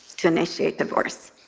to initiate divorce.